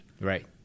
right